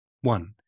One